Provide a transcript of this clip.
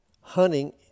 hunting